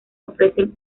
ofrecen